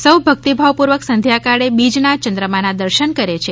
સઠ્ ભક્તિભાવપૂર્વક સંધ્યાકાળે બીજના ચંદ્રમાના દર્શન કરે છે